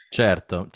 certo